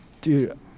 dude